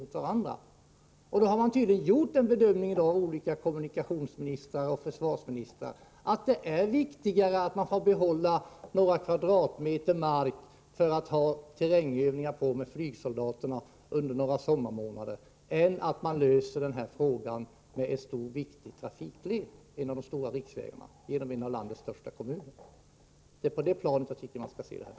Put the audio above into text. Olika kommunikationsministrar och försvarsministrar har tydligen gjort den bedömningen att det är viktigare att behålla några kvadratmeter mark för terrängövningar med flygsoldaterna under några sommarmånader än att lösa frågan om en stor och viktig trafikled, som är en av de stora riksvägarna, genom en av landets största kommuner. Det är på det planet detta problem skall ses.